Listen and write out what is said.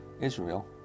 Israel